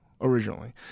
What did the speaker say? originally